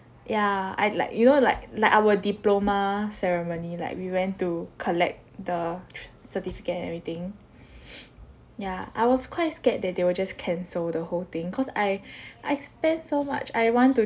yeah I'd like you know like like our diploma ceremony like we went to collect the t~ certificate and everything ya I was quite scared that they will just cancel the whole thing cause I I spent so much I want to